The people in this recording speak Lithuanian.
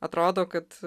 atrodo kad